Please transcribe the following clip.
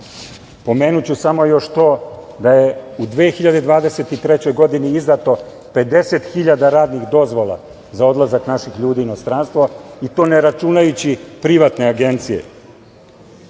pomenuću samo još to da je u 2023. godini izdato 50 hiljada radnih dozvola za odlazak naših ljudi u inostranstvo i to ne računajući privatne agencije.